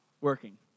working